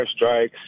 airstrikes